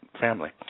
family